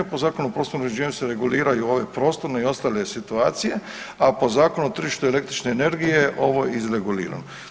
Po Zakonu o prostornom uređenju se reguliraju ove prostorne i ostale situacije, a po Zakonu o tržištu električne energije ovo je izregulirano.